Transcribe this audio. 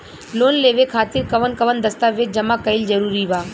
Loan लेवे खातिर कवन कवन दस्तावेज जमा कइल जरूरी बा?